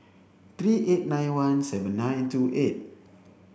three eight nine one seven nine two eight